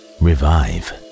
revive